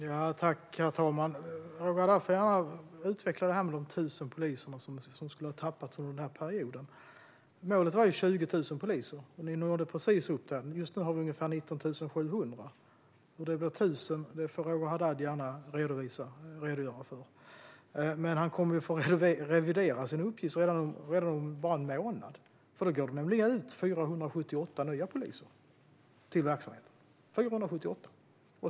Herr talman! Roger Haddad får gärna utveckla detta med de 1 000 poliserna, som skulle ha tappats under den här perioden. Målet var ju 20 000 poliser. Ni nådde precis upp till det. Just nu har vi ungefär 19 700. Hur det blir 1 000 får Roger Haddad gärna redogöra för. Men han kommer att få revidera sin uppgift redan om en månad. Då går det nämligen ut 478 nya poliser till verksamheten - 478.